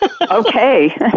Okay